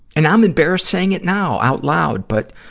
and i'm embarrassed saying it now out loud, but,